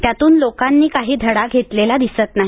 त्यातून लोकांनी काही धडा घेतलेला दिसत नाही